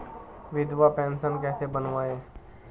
विधवा पेंशन कैसे बनवायें?